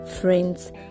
friends